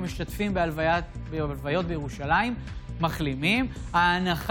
ברגע שתסתיים התוכנית ב-2030, אם